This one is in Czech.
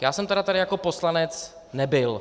Já jsem tady jako poslanec nebyl.